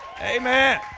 Amen